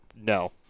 no